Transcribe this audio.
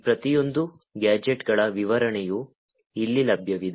ಈ ಪ್ರತಿಯೊಂದು ಗ್ಯಾಜೆಟ್ಗಳ ವಿವರಣೆಯು ಇಲ್ಲಿ ಲಭ್ಯವಿದೆ